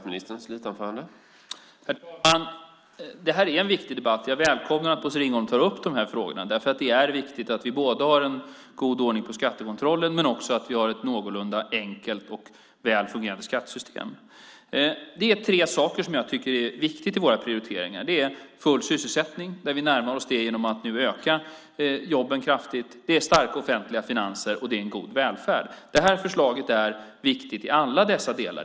Herr talman! Detta är en viktig debatt, och jag välkomnar att Bosse Ringholm tar upp dessa frågor därför att det är viktigt att vi har en god ordning på skattekontrollen men också att vi har ett någorlunda enkelt och väl fungerande skattesystem. Det är tre saker som jag tycker är viktiga i våra prioriteringar. Det är full sysselsättning. Vi närmar oss detta genom att nu öka antalet jobb kraftigt. Det är också starka offentliga finanser och en god välfärd. Detta förslag är viktigt i alla dessa delar.